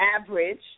average